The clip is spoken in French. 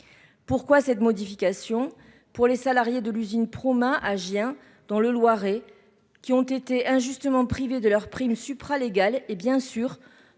Pourquoi une telle modification ? Pour les salariés de l'usine Proma de Gien, dans le Loiret, qui ont été injustement privés de leur prime supralégale et, à